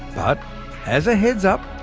but as a heads up,